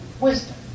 wisdom